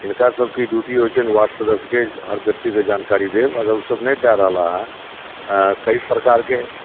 हिनकर सभके ड्युटी होइ छनि वार्ड सदस्यके हर व्यक्तिके जानकारी देब अगर ओसभ नहि दे रहला हँ कइ प्रकारके